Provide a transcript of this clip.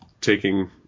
taking